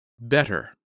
Better